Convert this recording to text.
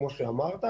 כמו שאמרת,